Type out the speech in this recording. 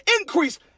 increase